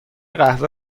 قهوه